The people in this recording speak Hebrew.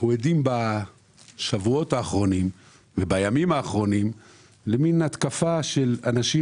אנחנו עדים בשבועות האחרונים ובימים האחרונים למעין התקפה של אנשים